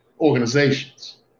organizations